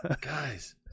guys